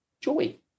Joey